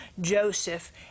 Joseph